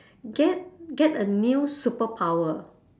get get a new superpower